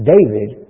David